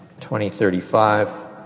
2035